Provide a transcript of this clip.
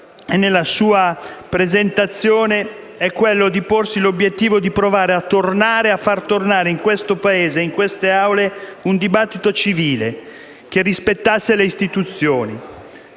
nella sua presentazione è quello di porsi l'obiettivo di provare a far tornare in questo Paese e in queste Aule un dibattito civile che rispetti le istituzioni: